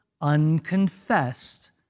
unconfessed